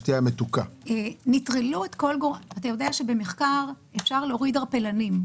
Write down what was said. אתה יודע שבמחקר אפשר להוריד ערפלנים,